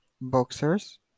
boxers